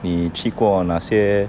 你去过哪些